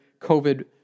COVID